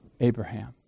Abraham